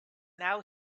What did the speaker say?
now